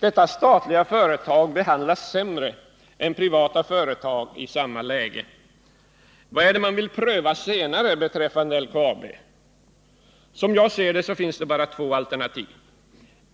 Detta statliga företag behandlas sämre än privata företag i samma läge. Vad är det man vill pröva senare beträffande LKAB? Som jag ser det finns det bara två alternativ.